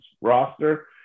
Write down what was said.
roster